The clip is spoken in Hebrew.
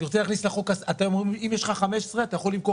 אני רוצה להכניס לחוק אתם אם יש לך 15 אתה יכול למכור